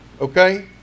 Okay